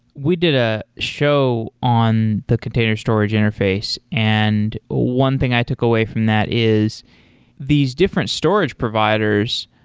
we did a show on the container storage interface, and one thing i took away from that is these different storage providers,